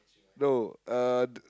no uh the